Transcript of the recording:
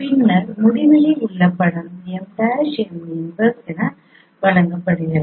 பின்னர் முடிவிலி உள்ள வரைபடம் M'M 1 வழங்கப்படுகிறது